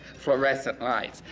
fluorescent lights!